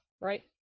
right